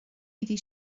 iddi